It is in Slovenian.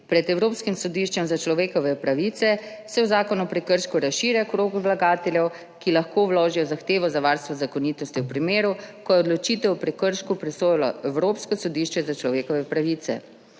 pred Evropskim sodiščem za človekove pravice se v Zakonu o prekršku razširja krog vlagateljev, ki lahko vložijo zahtevo za varstvo zakonitosti v primeru, ko je odločitev o prekršku presojalo Evropsko sodišče za človekove pravice.